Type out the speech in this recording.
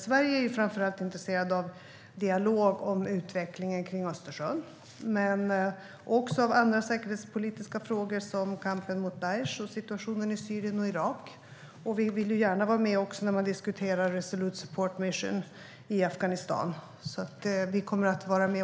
Sverige är framför allt intresserat av en dialog om utvecklingen runt Östersjön och även av andra säkerhetspolitiska frågor, till exempel kampen mot Daish samt situationen i Syrien och Irak. Vi vill gärna vara med när man diskuterar Resolute Support Mission i Afghanistan.